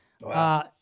Wow